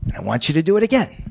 i want you to do it again.